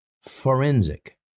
forensic